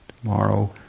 tomorrow